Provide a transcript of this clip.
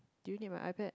do you need my iPad